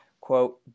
quote